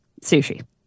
Sushi